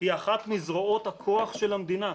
היא אחת מזרועות הכוח של המדינה.